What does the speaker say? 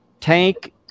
Tank